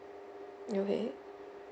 okay